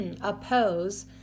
oppose